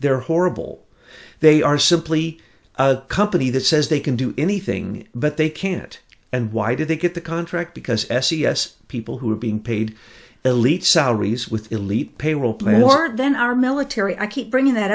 they're horrible they are simply a company that says they can do anything but they can't and why did they get the contract because s e s people who are being paid elite salaries with elite pay will pay more then our military i keep bringing that